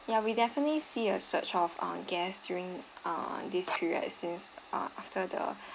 yeah we definitely see a surge of uh guests during uh this period since uh after the